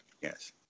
yes